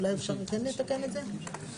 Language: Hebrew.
אולי אפשר כן לתקן את זה?